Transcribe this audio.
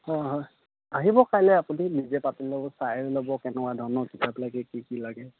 হয় হয় আহিব কাইলৈ আপুনি নিজে পাতি ল'ব চাইও ল'ব কেনেকুৱা ধৰণৰ কিতাপ লাগে কি কি লাগে